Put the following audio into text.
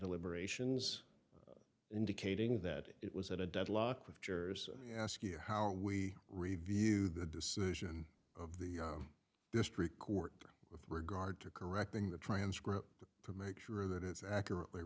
deliberations indicating that it was at a deadlock with jurors ask you how are we review the decision of the district court with regard to correcting the transcript for make sure that it's accurately